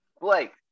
Blake